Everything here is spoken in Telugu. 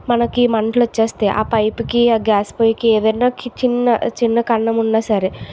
మనకి మంటలు వచ్చేస్తాయి ఆ పైప్కి ఆ గ్యాస్ పొయ్యికి ఏవైనా క్ చిన్న చిన్న కన్నం ఉన్నా సరే